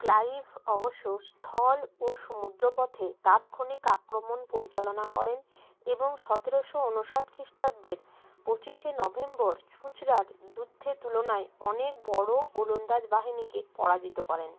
Clive অবশ্য স্থল ও সমুদ্রপথে তাৎক্ষণিক আক্রমণ পরিচালনা করেন এবং সতেরোশো উনষাট খিস্টাব্দের পঁচিশে নভেম্বর চুঁচুড়ার যুদ্ধের তুলনায় অনেক বড়ো ওলন্দাজ বাহিনিকে পরাজিত করেন